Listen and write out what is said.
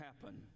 happen